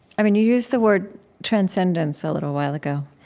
i mean, you used the word transcendence a little while ago,